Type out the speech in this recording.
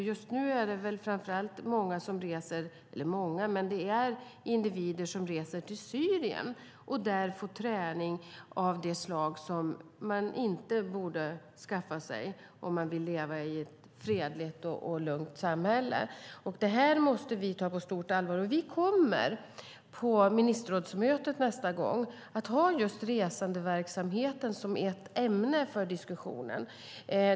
Just nu är det väl framför allt individer som reser till Syrien och där får träning av det slag man inte borde skaffa sig om man vill leva i ett fredligt och lugnt samhälle. Det måste vi ta på stort allvar. Vi kommer på ministerrådsmötet nästa gång att ha just resandeverksamheten som ett ämne för diskussionen.